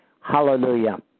Hallelujah